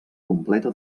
completa